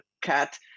cat